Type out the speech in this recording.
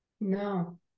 No